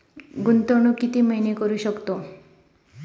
गुंतवणूक किती महिने करू शकतव?